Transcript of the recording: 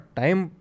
time